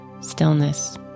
stillness